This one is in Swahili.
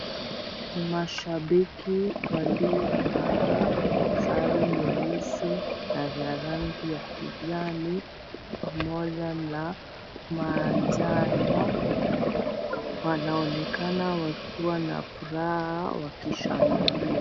Mashabiki waliovaa sare nyeusi na ya rangi ya kijani pamoja na manjano wanaonekana wakiwa na furaha wakishangilia.